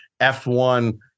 F1